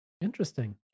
Interesting